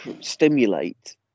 stimulate